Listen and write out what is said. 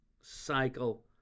cycle